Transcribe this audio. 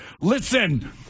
Listen